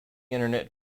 internet